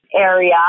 area